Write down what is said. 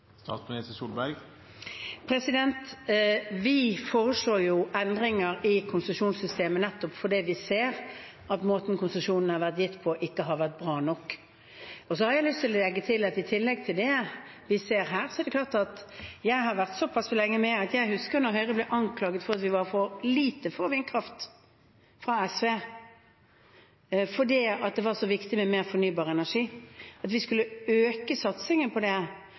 Vi foreslår endringer i konsesjonssystemet, nettopp fordi vi ser at måten konsesjonene har vært gitt på, ikke har vært bra nok. Jeg har lyst til å legge til at i tillegg til det vi ser her, har jeg vært såpass lenge med at jeg husker da Høyre ble anklaget av SV for at vi var for lite for vindkraft, fordi det var så viktig med mer fornybar energi, at vi skulle øke satsingen på det,